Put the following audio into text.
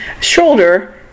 shoulder